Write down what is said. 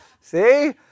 see